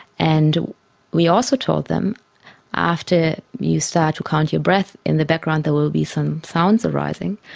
and we also told them after you start to count your breath, in the background there will be some sounds arising,